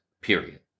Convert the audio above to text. period